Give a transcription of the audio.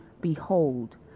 behold